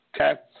okay